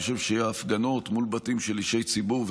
אני חושב שההפגנות מול בתים של אישי ציבור,